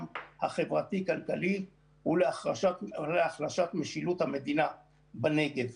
החברתי-כלכלי ולהחלשת משילות המדינה בנגב.